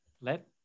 let